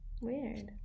Weird